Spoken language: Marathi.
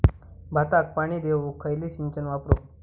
भाताक पाणी देऊक खयली सिंचन वापरू?